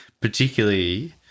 particularly